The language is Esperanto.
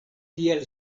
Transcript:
tiel